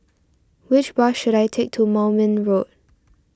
which bus should I take to Moulmein Road